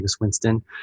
Winston